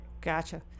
Gotcha